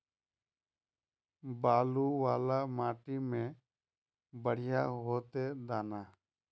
बालू वाला माटी में बढ़िया होते दाना?